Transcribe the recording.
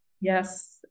yes